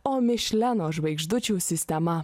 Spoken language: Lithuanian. o mišleno žvaigždučių sistema